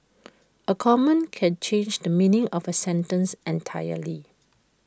A comma can change the meaning of A sentence entirely